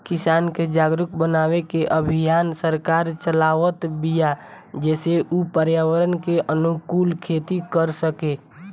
किसान के जागरुक बनावे के अभियान सरकार चलावत बिया जेसे उ पर्यावरण के अनुकूल खेती कर सकें